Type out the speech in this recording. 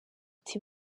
uti